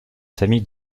famille